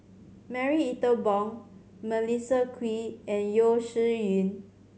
Marie Ethel Bong Melissa Kwee and Yeo Shih Yun